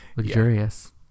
luxurious